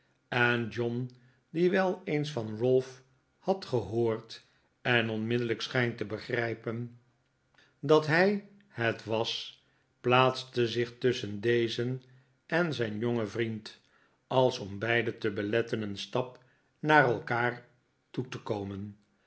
en john die wel eens van ralph had gehoord en onmiddellijk scheen te begrijpen dat hij het was plaatste zich tusschen dezen en zijn jongen vriend als om beiden te beletten een stap naar elkaar toe te komen